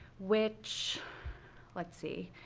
which let's see.